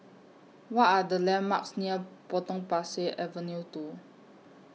What Are The landmarks near Potong Pasir Avenue two